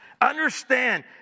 Understand